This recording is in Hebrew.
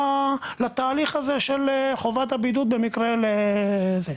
לתהליך הזה של חובת הבידוד במקרה של חשיפה?